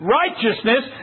righteousness